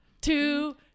two